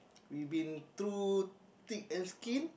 we been through thick and skin